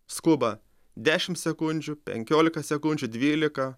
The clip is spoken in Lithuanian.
skuba dešim sekundžių penkiolika sekundžių dvylika